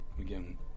again